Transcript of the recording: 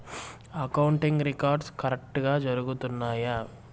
accounting records కరెక్టుగా జరుగుతున్నాయా